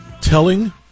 Telling